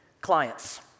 clients